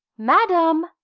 madam!